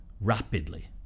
rapidly